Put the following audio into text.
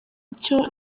icyo